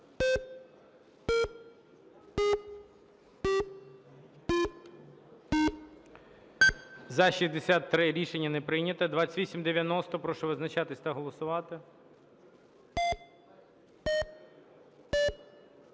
За-63 Рішення не прийнято. 2890. Прошу визначатися та голосувати.